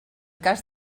cas